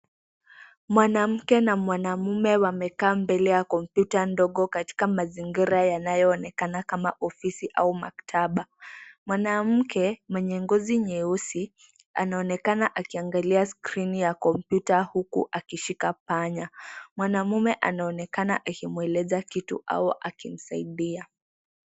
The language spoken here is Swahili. Mwanamke na mwanaume wamekaa mbele ya kompyuta ndogo katika mazingira yanayoonekana kama ofisi au maktaba. Mwanamke mwenye ngozi nyeusi anaonekana akiangalia skrini ya kompyuta huku akishika panya. Mwanamume anaonekana akimweleza kitu au akimsaidia.